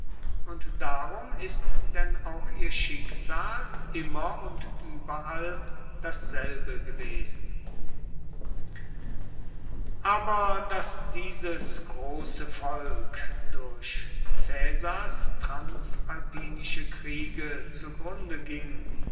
und darum ist denn auch ihr schicksal immer und überall dasselbe gewesen aber daß dieses große volk durch caesars transalpinische kriege zugrunde ging